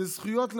זה זכויות לילד,